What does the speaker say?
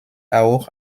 auch